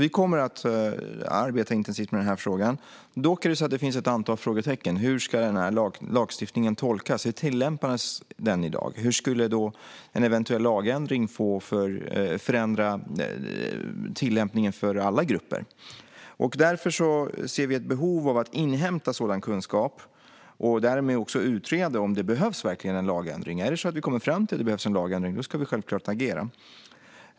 Vi kommer att arbeta intensivt med den här frågan. Dock finns det ett antal frågetecken. Hur ska denna lagstiftning tolkas? Hur tillämpas den i dag? Hur skulle en eventuell lagändring förändra tillämpningen för alla grupper? Därför ser vi ett behov av att inhämta sådan kunskap och därmed också utreda om det verkligen behövs en lagändring. Kommer vi fram till att det behövs en lagändring ska vi självklart agera.